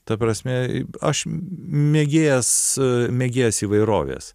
ta prasme aš mėgėjas mėgėjas įvairovės